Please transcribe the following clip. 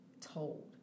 told